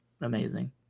amazing